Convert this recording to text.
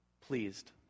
pleased